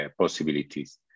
possibilities